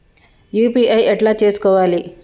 UPI ఎట్లా చేసుకోవాలి?